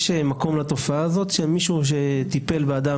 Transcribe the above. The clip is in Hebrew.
יש מקום לתופעה כזאת שמישהו שטיפל באדם